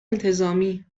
انتظامی